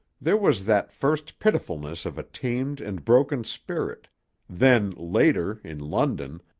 there was that first pitifulness of a tamed and broken spirit then later, in london,